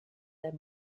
their